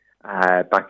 Back